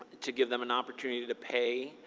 to give them an opportunity to pay,